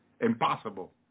Impossible